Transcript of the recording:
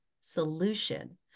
solution